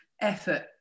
Effort